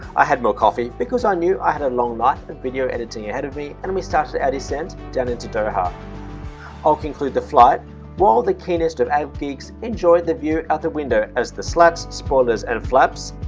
i had more coffee because i ah knew i had a long night of video editing ahead of me and we started a descent down into doha i'll conclude the flight while the keenest of avgeeks enjoy the view out the window as the slats, spoilers and flaps,